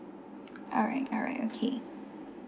alright alright okay